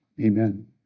amen